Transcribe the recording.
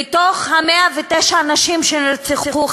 מ-109 הנשים שנרצחו,